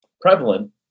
prevalent